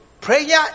Prayer